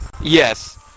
Yes